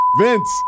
Vince